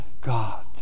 God